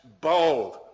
bold